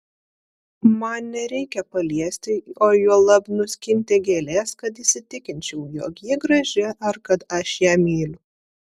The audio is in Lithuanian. man nereikia paliesti o juolab nuskinti gėlės kad įsitikinčiau jog ji graži ar kad aš ją myliu